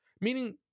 Meaning